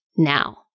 Now